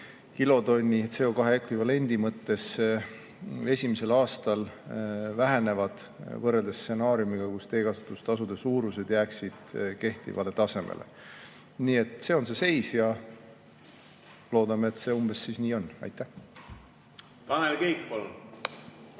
kilotonni CO2ekvivalendi mõttes esimesel aastal vähenevad võrreldes stsenaariumiga, kus teekasutustasude suurused jääksid kehtivale tasemele. Nii et see on seis ja loodame, et see umbes nii ka on. Aitäh! No kui